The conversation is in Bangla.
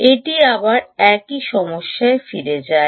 এটি আবার একই সমস্যায় ফিরে যায়